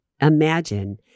Imagine